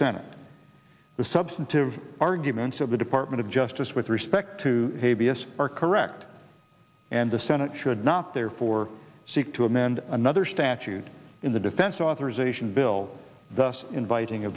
senate the substantive arguments of the department of justice with respect to a b s are correct and the senate should not therefore seek to amend another statute in the defense authorization bill thus inviting a